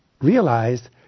realized